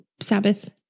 Sabbath